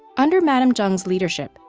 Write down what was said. under madame zheng's leadership,